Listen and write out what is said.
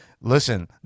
listen